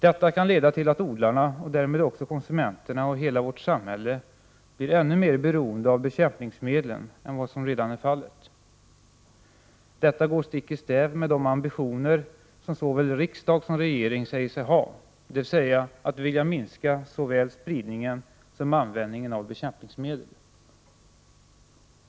Detta kan leda till att odlarna, och därmed också konsumenterna och hela vårt samhälle, blir ännu mer beroende av bekämpningsmedlen än vad som redan är fallet. Det går stick i stäv med de ambitioner som såväl riksdag som regering säger sig ha, nämligen att vilja minska både spridningen och användningen av bekämpningsmedel.